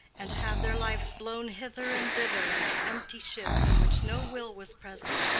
and to have their lives blown hither and thither like empty ships in which no will was present.